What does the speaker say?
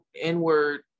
inward